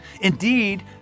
Indeed